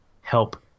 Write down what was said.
help